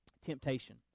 temptation